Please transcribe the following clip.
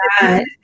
God